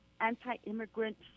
anti-immigrant